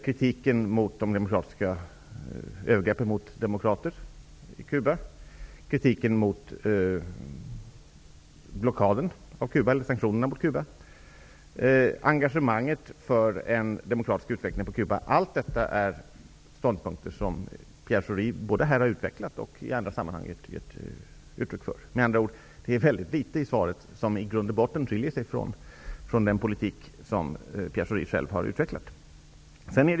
Det gäller kritiken mot övergreppen på demokrater på Cuba, kritiken mot sanktionerna mot Cuba och vidare engagemanget för en demokratisk utveckling på Cuba. Allt detta är ståndpunkter som Pierre Schori har utvecklat och gett uttryck för både här och i andra sammanhang. Med andra ord: Det är väldigt litet i svaret som i grund och botten skiljer sig från den politik som Perre Schori själv har utvecklat.